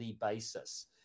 Basis